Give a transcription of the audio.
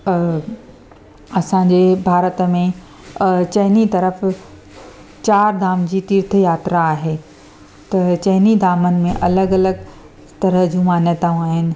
अ असांजे भारत में चइनी तरफ़ चारि धाम जी तीर्थ यात्रा आहे त चइनी धामनि में अलॻि अलॻि तराह जूं मान्यताऊं आहिनि